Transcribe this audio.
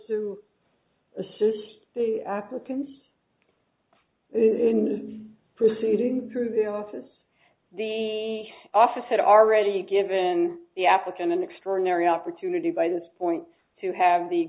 to assist the applicants proceeding through the office the office had already given the applicant an extraordinary opportunity by this point to have the